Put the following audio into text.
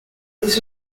this